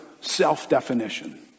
self-definition